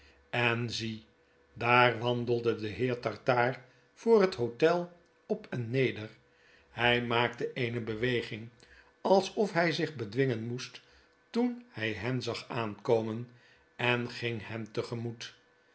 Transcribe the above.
en zie daar wandelde de heer tartaar voor het hdtel op en neder hy maakte eene bewegin alsof hy zich bedwingen moest toen hy hen zag aankomen en ging hen